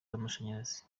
z’amashanyarazi